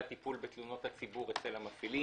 הטיפול בתלונות הציבור אצל המפעילים.